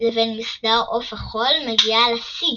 לבין מסדר עוף החול מגיעה לשיא.